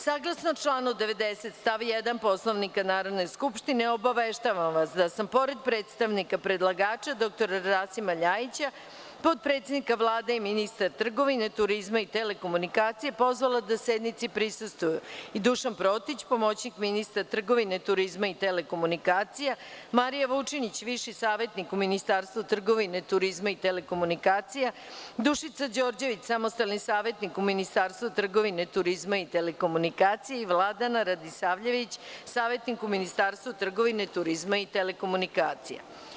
Saglasno članu 90. stav 1. Poslovnika Narodne skupštine, obaveštavam vas da sam pored predstavnika predlagača, dr Rasima Ljajića, potpredsednika Vlade i ministra trgovine, turizma i telekomunikacija, pozvala da sednici prisustvuju i Dušan Protić, pomoćnik ministra trgovine, turizma i telekomunikacija, Mariju Vučinić, višeg savetnika u Ministarstvu trgovine, turizma i telekomunikacija, Dušicu Đorđević, samostalnog savetnika u Ministarstvu trgovine, turizma i telekomunikacija i Vladana Radisavljevića, savetnika u Ministarstvu trgovine, turizma i telekomunikacija.